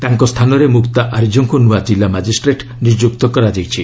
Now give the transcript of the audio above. ତାଙ୍କ ସ୍ଥାନରେ ମୁକ୍ତା ଆର୍ଯ୍ୟଙ୍କୁ ନୂଆ ଜିଲ୍ଲା ମାଜିଷ୍ଟ୍ରେଟ୍ ନିଯୁକ୍ତ କରାଯାଇଛି